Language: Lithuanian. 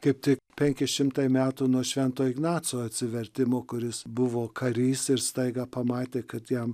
kaip tik penki šimtai metų nuo švento ignaco atsivertimų kuris buvo karys ir staiga pamatė kad jam